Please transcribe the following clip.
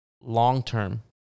long-term